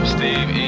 Steve